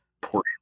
portion